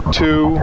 two